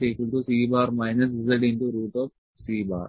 L C zC Let z 3